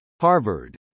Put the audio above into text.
Harvard